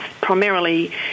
Primarily